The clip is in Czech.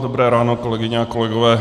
Dobré ráno, kolegyně a kolegové.